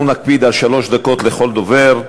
אנחנו נקפיד על שלוש דקות לכל דובר.